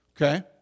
Okay